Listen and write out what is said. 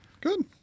Good